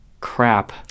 crap